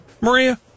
Maria